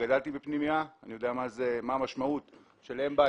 גדלתי בפנימייה ואני יודע מה המשמעות של אם בית,